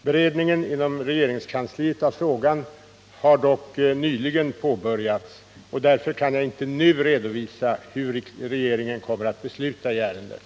Beredningen inom regeringskansliet av frågan har dock nyligen påbörjats. Jag kan därför inte nu redovisa hur regeringen kommer att besluta i ärendet.